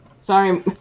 Sorry